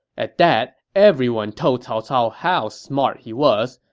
at that, everyone told cao cao how smart he was,